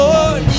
Lord